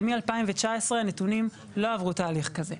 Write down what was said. אבל מ-2019 הנתונים לא עברו תהליך כזה,